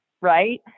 right